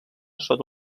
sota